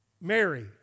Mary